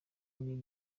muri